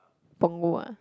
Punggol ah